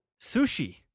sushi